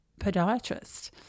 podiatrist